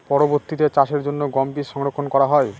পরবর্তিতে চাষের জন্য গম বীজ সংরক্ষন করা হয়?